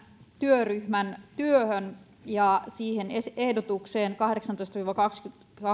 työryhmän työhön ja siihen ehdotukseen kahdeksantoista viiva kaksikymmentäkaksi